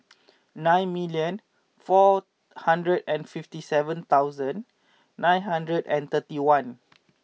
nine million four hundred and fifty seven thouasnd nine hundred and thirty one